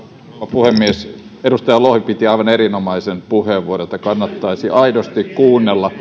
puhemies edustaja lohi piti aivan erinomaisen puheenvuoron joten kannattaisi aidosti kuunnella